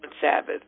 Sabbath